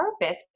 purpose